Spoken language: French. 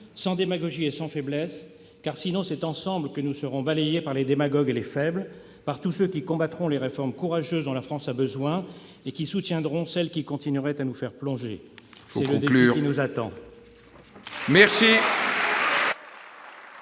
sans démagogie et sans faiblesse ; sinon, c'est ensemble que nous serons balayés par les démagogues et les faibles, par tous ceux qui combattront les réformes courageuses dont la France a besoin et qui soutiendront celles qui continueraient à nous faire plonger. C'est le défi qui nous attend. La